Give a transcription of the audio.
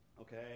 Okay